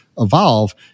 evolve